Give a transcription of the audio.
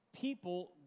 people